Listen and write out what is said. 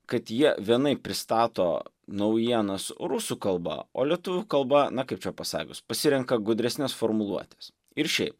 kad jie vienaip pristato naujienas rusų kalba o lietuvių kalba na kaip čia pasakius pasirenka gudresnes formuluotes ir šiaip